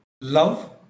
love